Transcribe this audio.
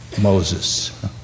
Moses